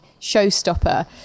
showstopper